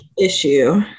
issue